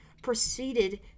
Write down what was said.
proceeded